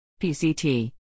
PCT